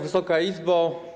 Wysoka Izbo!